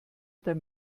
der